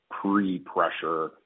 pre-pressure